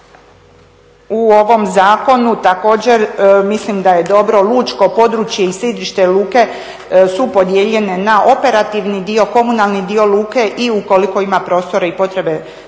U ovom zakonu također mislim da je dobro lučko područje i sidrište luke su podijeljene na operativni dio, komunalni dio luke i ukoliko ima prostora i potrebe nautičkog